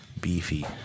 Beefy